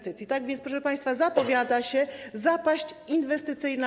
Tak więc, proszę państwa, zapowiada się kolejna zapaść inwestycyjna.